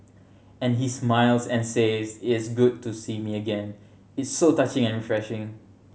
and he smiles and says it's good to see me again it's so touching and refreshing